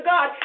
God